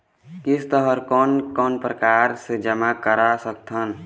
किस्त हर कोन कोन प्रकार से जमा करा सकत हन?